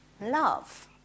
love